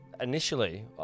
initially